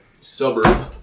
suburb